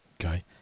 okay